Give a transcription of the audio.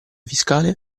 fiscale